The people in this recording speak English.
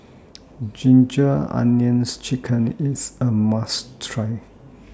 Ginger Onions Chicken IS A must Try